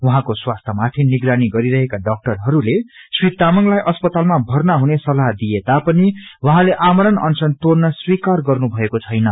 उहाँको स्वास्थ्यमाथि निगरानी गरिरहेका डाक्टरहरूले श्री तामंगलाई अस्पतालामा भर्ना हुने सल्लाह दिएता पिन उहाँले आमरण अनशन तोड़न स्वीकार गर्नुषएको छैन